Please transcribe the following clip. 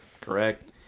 correct